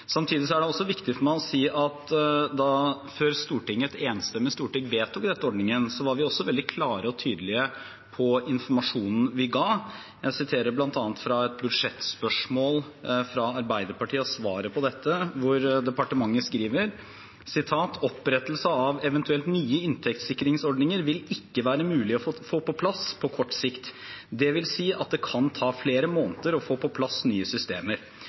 Samtidig er det også viktig for meg å si at før et enstemmig storting vedtok denne ordningen, var vi også veldig klare og tydelige på informasjonen vi ga. Jeg siterer bl.a. fra svaret på et budsjettspørsmål fra Arbeiderpartiet, hvor departementet skriver: Opprettelse av eventuelt nye inntektssikringsordninger vil ikke være mulig å få på plass på kort sikt, det vil si at det kan ta flere måneder å få på plass nye systemer.